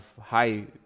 high